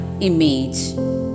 image